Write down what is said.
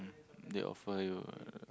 they offer you a